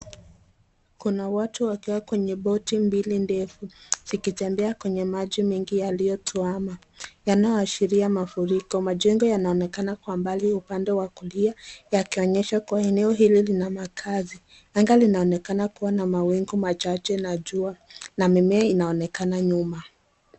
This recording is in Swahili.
Kuna watu wakiwa kwenye boti mbili ndefu, zikitembea kwenye maji mengi yaliotwama, yanayoashiria mafuriko. Majengo yanaonekana kwa mbali upande wa kulia yakionyesha kuwa eneo hili lina makaazi. Anga linaonekana kuwa na mawingu machache na jua, na mimea inaonekana nyuma.